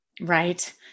Right